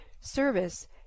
service